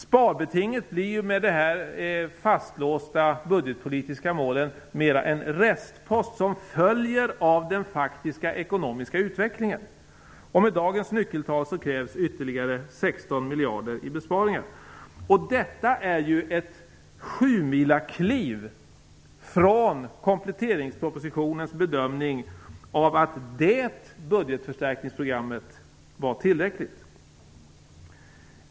Sparbetinget blir med de här fastlåsta budgetpolitiska målen mer en restpost som följer av den faktiska ekonomiska utvecklingen. Med dagens nyckeltal krävs ytterligare 16 miljarder i besparingar. Detta är ett sjumilakliv från kompletteringspropositionens bedömning att det budgetförstärkningsprogrammet var tillräckligt.